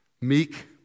Meek